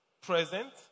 present